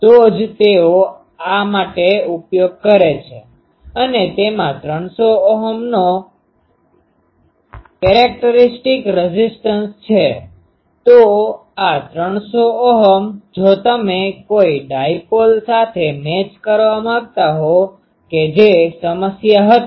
તો જ તેઓ આ માટે ઉપયોગ કરે છે અને તેમાં 300 Ω નો કરેકટરીસ્ટીક characteristicલાક્ષણિક રેઝીસ્ટન્સ છે તો આ 300 Ω જો તમે કોઈ ડાઈપોલ સાથે મેચ કરવા માંગતા હોવ કે જે સમસ્યા હતી